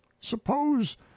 Suppose